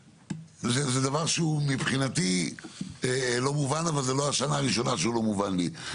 וזה דבר שהוא מבחינתי לא מובן אבל זו לא השנה הראשונה שהוא לא מובן לי.